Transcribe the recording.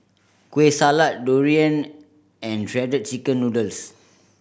Kueh Salat durian and Shredded Chicken Noodles